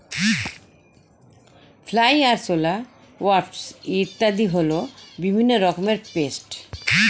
fly, আরশোলা, wasp ইত্যাদি হল বিভিন্ন রকমের পেস্ট